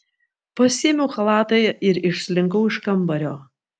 pasiėmiau chalatą ir išslinkau iš kambario